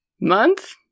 month